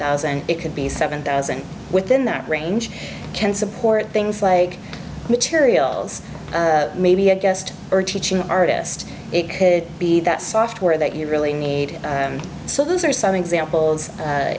thousand and it could be seven thousand within that range can support things like materials maybe a guest or teaching artist it could be that software that you really need so those are some examples